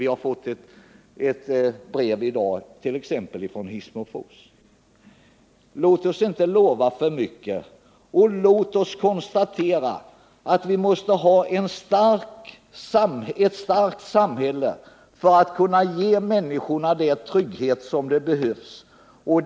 Det har t.ex. kommit brev i dag från Hissmofors. Låt oss inte lova människorna där alltför mycket. Låt oss i stället konstatera att vi måste ha ett starkt samhälle för att kunna ge människorna den trygghet som de behöver.